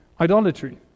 idolatry